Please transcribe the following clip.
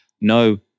no